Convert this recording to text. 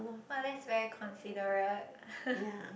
!wah! that's very considerate